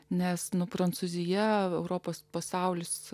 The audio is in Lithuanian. nes nuo prancūzija europos pasaulis